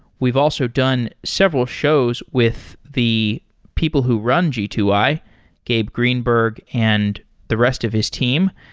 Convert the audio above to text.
we've also done several shows with the people who run g two i. gabe greenberg and the rest of his team,